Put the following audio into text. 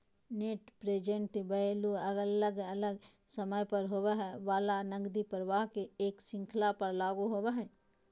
net present value अलग अलग समय पर होवय वला नकदी प्रवाह के एक श्रृंखला पर लागू होवय हई